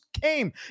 came